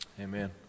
Amen